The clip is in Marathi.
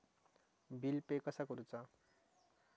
बिल पे कसा करुचा?